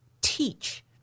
teach